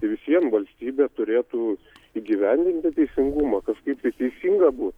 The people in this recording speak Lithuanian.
visvien valstybė turėtų įgyvendinti teisingumą kažkaip tai teisinga būt